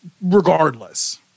regardless